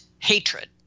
hatred